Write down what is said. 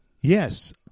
Yes